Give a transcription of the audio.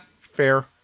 fair